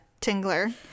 tingler